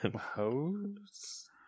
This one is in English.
Hose